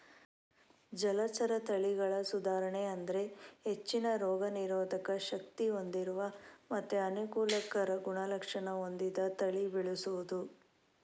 ಜಲಚರ ತಳಿಗಳ ಸುಧಾರಣೆ ಅಂದ್ರೆ ಹೆಚ್ಚಿನ ರೋಗ ನಿರೋಧಕ ಶಕ್ತಿ ಹೊಂದಿರುವ ಮತ್ತೆ ಅನುಕೂಲಕರ ಗುಣಲಕ್ಷಣ ಹೊಂದಿದ ತಳಿ ಬೆಳೆಸುದು